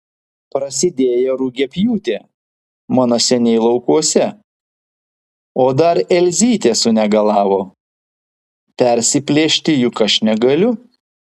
prasidėjo rugiapjūtė mano seniai laukuose o dar elzytė sunegalavo persiplėšti juk aš negaliu